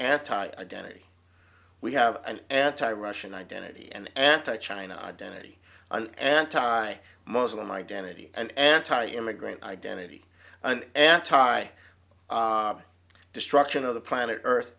anti identity we have an anti russian identity an anti china identity an anti muslim identity an anti immigrant identity an anti destruction of the planet earth